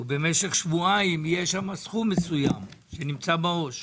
ובמשך שבועיים יש שם סכום מסוים שנמצא בעו"ש.